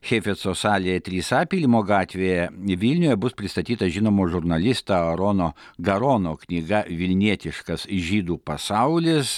heifetzo salėje trys a pylimo gatvėje vilniuje bus pristatyta žinomo žurnalisto arono garono knyga vilnietiškas žydų pasaulis